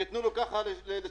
כדי שיתנו לנו קצת לשחרר.